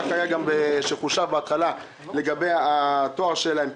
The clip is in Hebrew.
כך גם היה שחושב בהתחלה לגבי התואר שלהן,